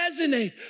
resonate